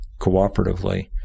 cooperatively